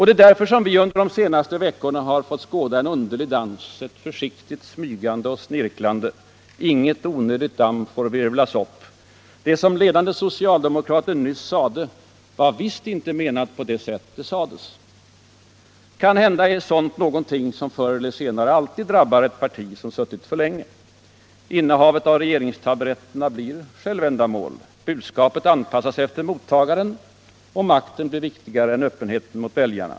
Det är därför vi under de senaste veckorna fått skåda en underlig dans. Ett försiktigt smygande och snirklande. Inget onödigt damm får virvlas upp. Det som ledande socialdemokrater nyss sade var visst inte menat på det sätt det sades. Kanhända är sådant någonting som förr eller senare alltid drabbar ett parti som suttit för länge vid makten. Innehavet av regeringstaburetterna blir ett självändamål. Budskapet anpassas efter mottagaren. Makten blir viktigare än öppenheten mot väljarna.